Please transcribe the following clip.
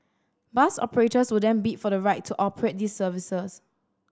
bus operators will then bid for the right to operate these services